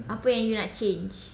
apa yang you nak change